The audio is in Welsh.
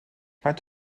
faint